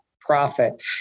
profit